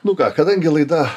nu ką kadangi laida